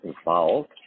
involved